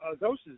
doses